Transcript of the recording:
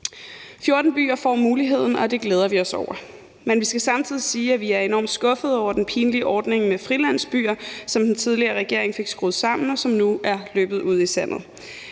14 byer får muligheden, og det glæder vi os over. Men vi skal samtidig sige, at vi er enormt skuffede over den pinlige ordning med frilandsbyer, som den tidligere regering fik skruet sammen, og som nu er løbet ud i sandet.